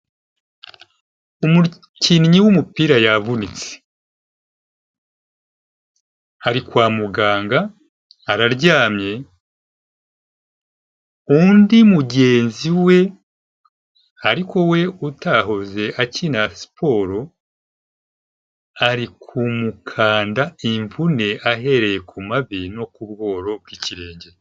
Umukinnyi w'umupira yavunitse, ari kwa muganga aryamye, undi mugenzi we ariko we utahoze akina siporo ari kumukanda imvune ahereye ku mavi no ku bworo bw'ikirenge.